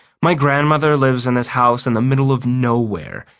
my grandmother lives in this house in the middle of nowhere.